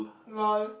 lol